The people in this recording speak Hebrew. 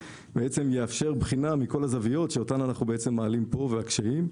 יאפשר בחינה מכל הזוויות והקשיים שאותם אנחנו מעלים פה.